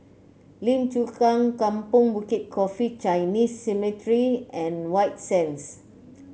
Lim Chu Kang Kampong Bukit Coffee Chinese Cemetery and White Sands